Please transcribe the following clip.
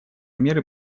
меры